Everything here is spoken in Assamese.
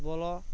ফুটবলৰ